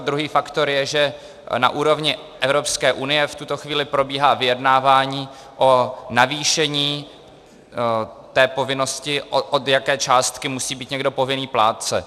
Druhý faktor je, že na úrovni Evropské unie v tuto chvíli probíhá vyjednávání o navýšení povinnosti, od jaké částky musí být někdo povinný plátce.